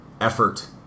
effort